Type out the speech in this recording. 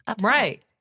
Right